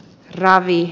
ravi